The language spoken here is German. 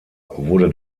wurde